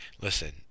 listen